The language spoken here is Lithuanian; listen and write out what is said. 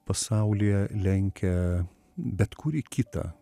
pasaulyje lenkia bet kurį kitą